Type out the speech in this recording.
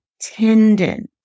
tendon